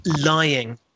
lying